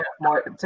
more